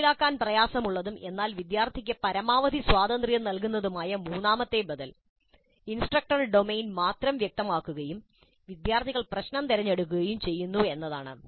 നടപ്പിലാക്കാൻ പ്രയാസമുള്ളതും എന്നാൽ വിദ്യാർത്ഥിക്ക് പരമാവധി സ്വാതന്ത്ര്യം നൽകുന്നതുമായ മൂന്നാമത്തെ ബദൽ ഇൻസ്ട്രക്ടർ ഡൊമെയ്ൻ മാത്രം വ്യക്തമാക്കുകയും വിദ്യാർത്ഥികൾ പ്രശ്നം തിരഞ്ഞെടുക്കുകയും ചെയ്യുന്നു എന്നതാണ്